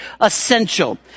essential